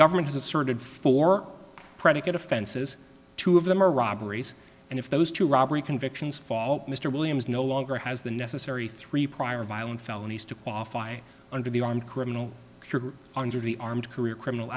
government has asserted for predicate offenses two of them are robberies and if those two robbery convictions fall mr williams no longer has the necessary three prior violent felonies to qualify under the armed criminal under the armed career criminal